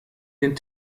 den